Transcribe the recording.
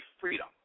freedom